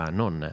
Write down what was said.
non